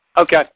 Okay